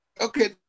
Okay